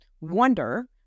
wonder